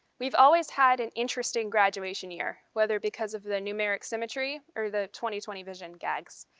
we've always had an interesting graduation year. whether because of the numeric symmetry or the twenty twenty vision gags.